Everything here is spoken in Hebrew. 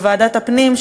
בוועדת הפנים,